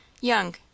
Young